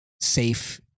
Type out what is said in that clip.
safe